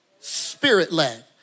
Spirit-led